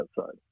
outside